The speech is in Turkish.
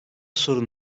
sorun